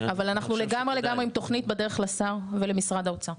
אבל אנחנו לגמרי עם תוכנית בדרך לשר ולמשרד האוצר.